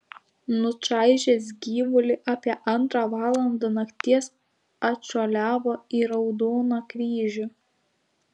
nučaižęs gyvulį apie antrą valandą nakties atšuoliavo į raudoną kryžių